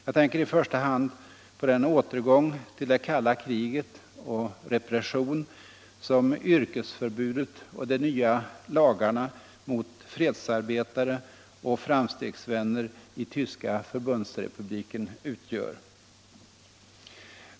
Jag tänker på den återgång till det kalla kriget och till den repression som yrkesförbudet och de nya lagarna mot fredsarbetare och framstegsvänner i Förbundsrepubliken Tyskland utgör.